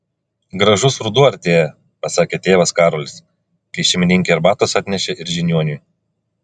gražus ruduo artėja pasakė tėvas karolis kai šeimininkė arbatos atnešė ir žiniuoniui